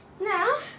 Now